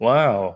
Wow